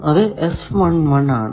അത് ആണ്